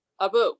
Abu